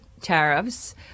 tariffs